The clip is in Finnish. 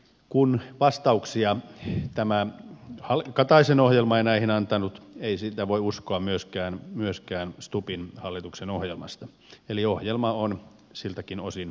kun vastauksia tämä kataisen ohjelma ei näihin antanut ei sitä voi uskoa myöskään stubbin hallituksen ohjelmasta eli ohjelma on siltäkin osin tyhjän päällä